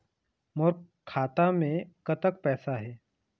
मोर खाता मे कतक पैसा हे?